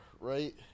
Right